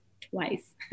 twice